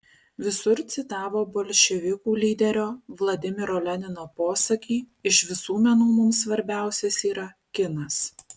visur citavo bolševikų lyderio vladimiro lenino posakį iš visų menų mums svarbiausias yra kinas